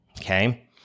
Okay